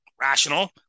rational